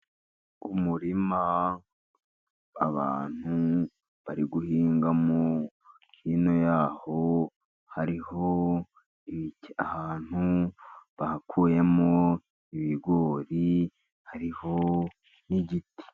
Umurima abantu bari guhinga mo, hiino ya ho hariho ahantu bakuyemo ibigori, hariho n'igiti.